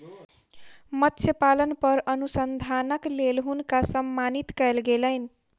मत्स्य पालन पर अनुसंधानक लेल हुनका सम्मानित कयल गेलैन